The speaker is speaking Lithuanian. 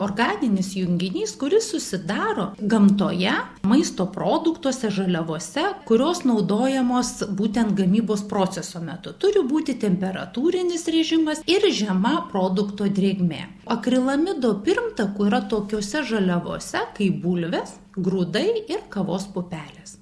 organinis junginys kuris susidaro gamtoje maisto produktuose žaliavose kurios naudojamos būtent gamybos proceso metu turi būti temperatūrinis režimas ir žema produkto drėgmė akrilamido pirmtakų yra tokiose žaliavose kaip bulvės grūdai ir kavos pupelės